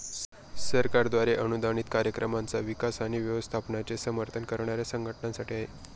सरकारद्वारे अनुदानित कार्यक्रमांचा विकास आणि व्यवस्थापनाचे समर्थन करणाऱ्या संघटनांसाठी आहे